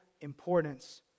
importance